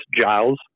Giles